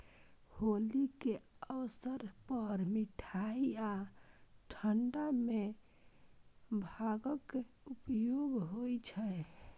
होली के अवसर पर मिठाइ आ ठंढाइ मे भांगक उपयोग होइ छै